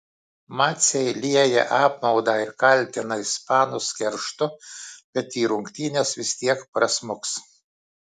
maciai lieja apmaudą ir kaltina ispanus kerštu bet į rungtynes vis tiek prasmuks